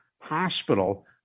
hospital